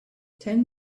ten